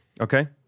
Okay